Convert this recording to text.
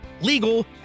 legal